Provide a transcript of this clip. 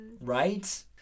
Right